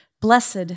Blessed